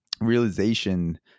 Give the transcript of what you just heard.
realization